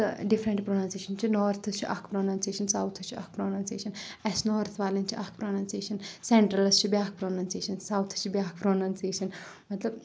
تہٕ different pronunciation چھ نارتھَس چھ اَکھ ساوتھَس چھِ اَکھ پروننسیشَن آسہِ نارٕتھ والؠن چھِ اَکھ پروننسیشَن سؠنٹَرلس چھِ بیاکھ پروننسیشَن ساوتھس چھِ بیاکھ پروننسیشن مطلب